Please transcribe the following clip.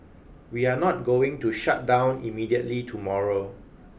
we are not going to shut down immediately tomorrow